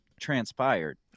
transpired